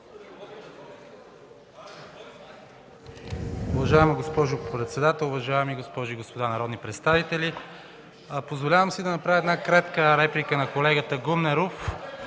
Уважаема госпожо председател, уважаеми госпожи и господа народни представители! Позволявам си да направя кратка реплика на колегата Гумнеров